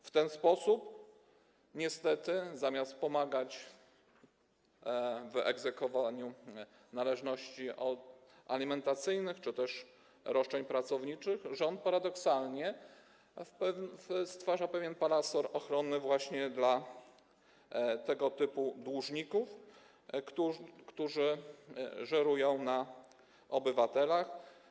W ten sposób niestety zamiast pomagać w egzekwowaniu należności alimentacyjnych czy też roszczeń pracowniczych rząd paradoksalnie stwarza pewien parasol ochronny właśnie dla tego typu dłużników, którzy żerują na obywatelach.